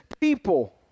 people